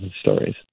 stories